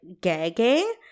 gagging